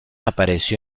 apareció